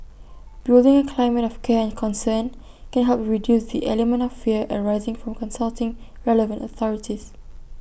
building A climate of care and concern can help reduce the element of fear arising from consulting relevant authorities